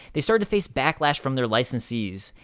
they started to face backlash from their licensees.